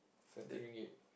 thirty ringgit